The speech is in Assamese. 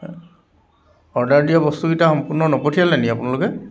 অৰ্ডাৰ দিয়া বস্তুকেইটা সম্পূৰ্ণ নপঠিয়ালে নেকি আপোনালোকে